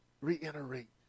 reiterate